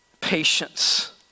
patience